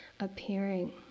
appearing